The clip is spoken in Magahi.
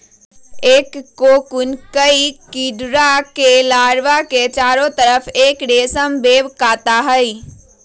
एक कोकून कई कीडड़ा के लार्वा के चारो तरफ़ एक रेशम वेब काता हई